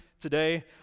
today